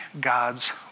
God's